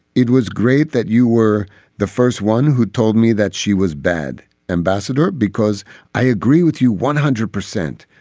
it was great that you were the first one who told me that she was bad ambassador, because i agree with you one hundred percent.